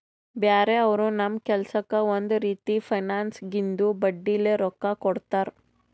ಬ್ಯಾರೆ ಅವರು ನಮ್ ಕೆಲ್ಸಕ್ಕ್ ಒಂದ್ ರೀತಿ ಫೈನಾನ್ಸ್ದಾಗಿಂದು ಬಡ್ಡಿಲೇ ರೊಕ್ಕಾ ಕೊಡ್ತಾರ್